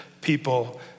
people